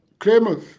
claimers